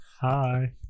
Hi